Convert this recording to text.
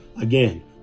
again